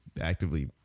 actively